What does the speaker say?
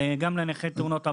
גם לנכי תאונות עבודה.